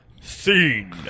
Scene